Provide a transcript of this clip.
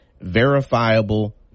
verifiable